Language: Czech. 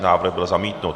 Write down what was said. Návrh byl zamítnut.